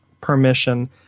permission